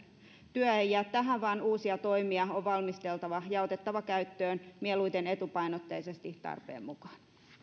työ ei jää tähän vaan uusia toimia on valmisteltava ja otettava käyttöön mieluiten etupainotteisesti tarpeen mukaan